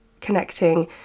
connecting